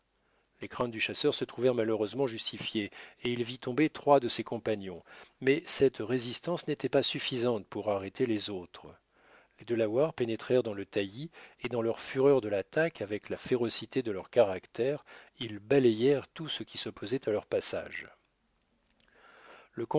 les craintes du chasseur se trouvèrent malheureusement justifiées et il vit tomber trois de ses compagnons mais cette résistance n'était pas suffisante pour arrêter les autres les delawares pénétrèrent dans le taillis et dans leur fureur de l'attaque avec la férocité de leur caractère ils balayèrent tout ce qui s'opposait à leur passage té